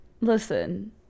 Listen